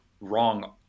wrong